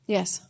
Yes